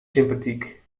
sympathiek